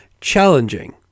challenging